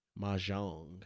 Mahjong